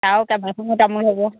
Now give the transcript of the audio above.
আৰু কেবাখনো তামোল হ'ব